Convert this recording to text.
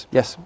Yes